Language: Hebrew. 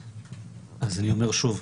אז אני אומר שוב,